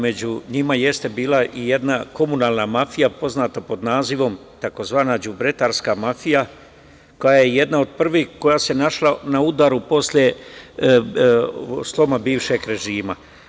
Među njima jeste bila i jedna komunalna mafija, poznata pod nazivom tzv. đubretarska mafija, koja je jedna od prvih koja se našla na udaru posle sloma bivšeg režima.